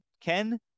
Ken